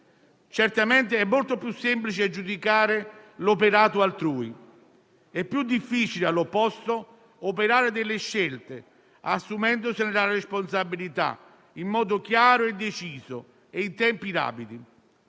Certamente è molto più semplice giudicare l'operato altrui. È più difficile, all'opposto, operare scelte, assumendosene la responsabilità, in modo chiaro, deciso e in tempi rapidi.